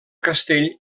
castell